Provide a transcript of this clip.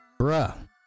bruh